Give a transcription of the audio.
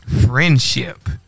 friendship